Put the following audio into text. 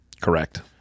Correct